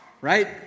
right